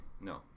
No